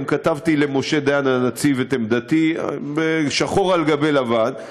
גם כתבתי לנציב משה דיין את עמדתי שחור על גבי לבן,